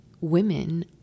women